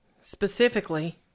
specifically